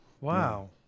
Wow